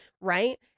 right